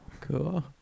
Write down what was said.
Cool